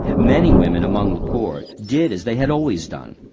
many women, among the poor, did as they had always done,